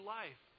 life